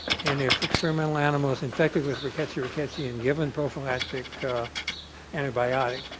and if experimental animals infected with rickettsia rickettsii, and given prophylactic antibiotic,